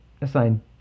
assign